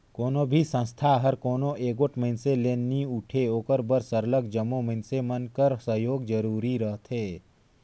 कोनो भी संस्था हर कोनो एगोट मइनसे ले नी उठे ओकर बर सरलग जम्मो मइनसे मन कर सहयोग जरूरी रहथे